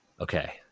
okay